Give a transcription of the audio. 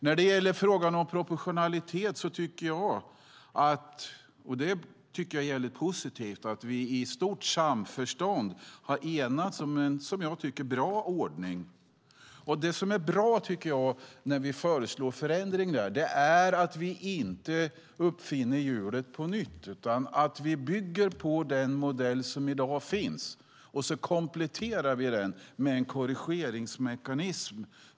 När det gäller frågan om proportionalitet är det positivt att vi i stort samförstånd har enats om en, som jag tycker, bra ordning. Det som är bra när vi föreslår förändringar är att vi inte uppfinner hjulet på nytt utan bygger på den modell som i dag finns och kompletterar den med en korrigeringsmekanism.